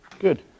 Good